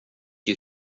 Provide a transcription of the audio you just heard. you